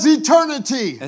eternity